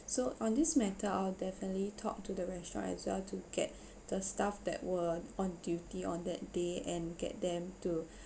so on this matter I'll definitely talk to the restaurant as well to get the staff that were on duty on that day and get them to